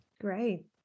great